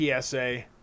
psa